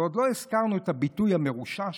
ועוד לא הזכרנו את הביטוי המרושע שלו: